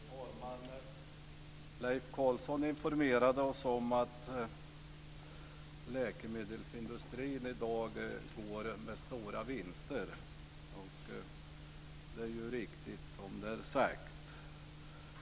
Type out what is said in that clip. Herr talman! Leif Carlson informerade oss om att läkemedelsindustrin går med stora vinster i dag. Det är ju riktigt.